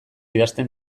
idazten